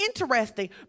interesting